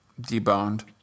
deboned